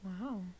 wow